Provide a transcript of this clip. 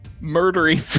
murdering